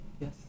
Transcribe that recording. Yes